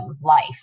life